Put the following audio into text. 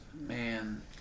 man